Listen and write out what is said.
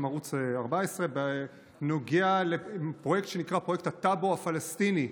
ערוץ 14 בנוגע לפרויקט שנקרא "הטאבו הפלסטיני",